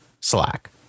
Slack